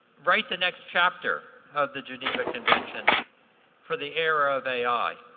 write the next chapter of the geneva convention for the era of ai.